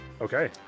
Okay